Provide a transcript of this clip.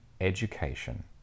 education